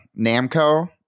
Namco